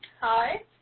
Hi